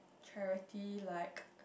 charity like